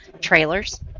trailers